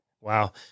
Wow